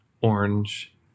orange